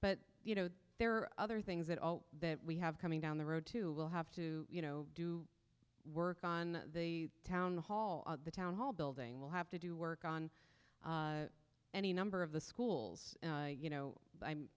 but you know there are other things that all that we have coming down the road to we'll have to you know do work on the town hall the town hall building will have to do work on any number of the schools you know i'm